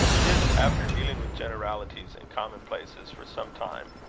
this, after dealing with generalities and commonplaces for some time,